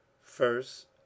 First